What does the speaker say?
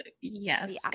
Yes